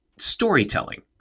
storytelling